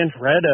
red